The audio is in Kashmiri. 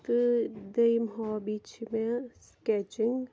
تہٕ دوٚیِم ہابی چھِ مےٚ سکیٚچِنٛگ